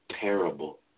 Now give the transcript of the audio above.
terrible